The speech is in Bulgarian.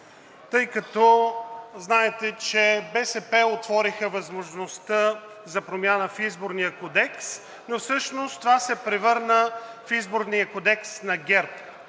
тъй като знаете, че БСП отвориха възможността за промяна в Изборния кодекс, но всъщност това се превърна в Изборния кодекс на ГЕРБ